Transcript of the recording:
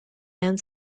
and